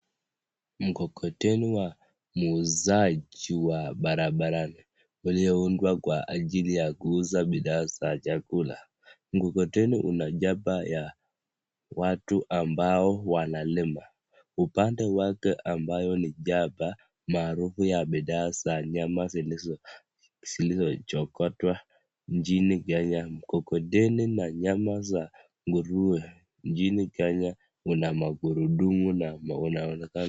Mkokoteni ya muuzaji wa barabara imeundwa kwa ajili ya kuuza bishaa za chakula. Mkokoteni unachapa ya watu ambao wanalima . Upande wake ni chapa ya bidhaam, aarufu za nyama zilizochokotwa nchini Kenya. Mkokoteni ni za nyama za nguruwe ncini kenya na ina magurudumu.